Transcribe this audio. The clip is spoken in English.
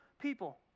people